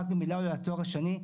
רק במילה על תואר שני.